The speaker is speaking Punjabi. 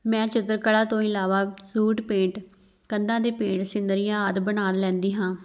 ਮੈਂ ਚਿੱਤਰਕਲਾ ਤੋਂ ਇਲਾਵਾ ਸੂਟ ਪੇਂਟ ਕੰਧਾਂ 'ਤੇ ਪੇਂਟ ਸੀਨਰੀਆਂ ਆਦਿ ਬਣਾ ਲੈਂਦੀ ਹਾਂ